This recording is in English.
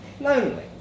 lonely